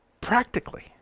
practically